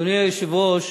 אדוני היושב-ראש,